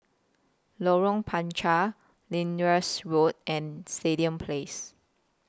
Lorong Panchar Road and Stadium Place